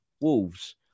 Wolves